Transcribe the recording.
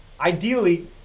Ideally